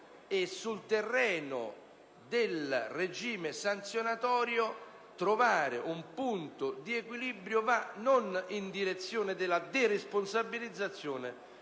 sul terreno del regime sanzionatorio un punto di equilibrio, ma non in direzione della deresponsabilizzazione;